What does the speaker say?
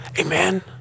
Amen